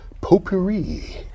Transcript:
Potpourri